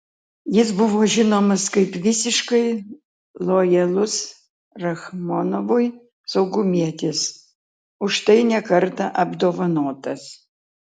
jis buvo žinomas kaip visiškai lojalus rachmonovui saugumietis už tai ne kartą apdovanotas